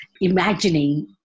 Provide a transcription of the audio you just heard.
imagining